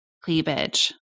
cleavage